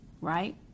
right